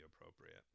appropriate